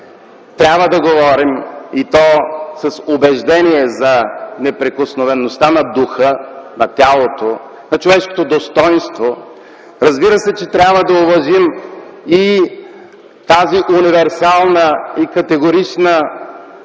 трябва да говорим, и то с убеждение, за неприкосновеността на духа, на тялото, на човешкото достойнство. Трябва да уважим и тази универсална и категорична